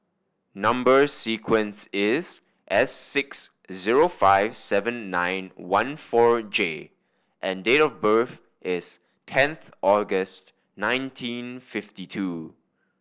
number sequence is S six zero five seven nine one four J and date of birth is tenth August nineteen fifty two